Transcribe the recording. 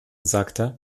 sagte